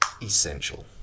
essential